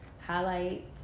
highlight